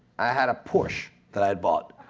i had a porsche that i had bought,